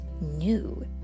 new